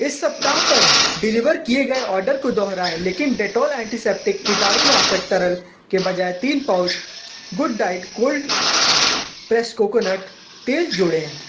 इस सप्ताह पर डिलीवर किए गए ऑर्डर को दोहराएँ लेकिन डेटॉल एंटी सेप्टिक कीटाणु नाशक तरल के बजाय तीन pouch good diet cold press coconut तेल जोड़े